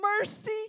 mercy